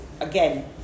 Again